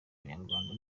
abanyarwanda